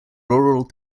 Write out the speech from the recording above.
rural